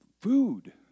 food